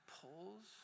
pulls